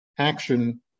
Action